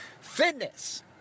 Fitness